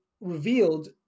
revealed